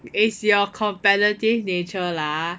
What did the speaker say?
is your competitive nature lah